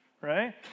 Right